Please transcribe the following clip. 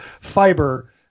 fiber